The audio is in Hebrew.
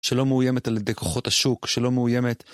שלא מאויימת על ידי כוחות השוק, שלא מאויימת.